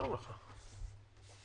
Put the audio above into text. לכנסת זו בהרכב הזה.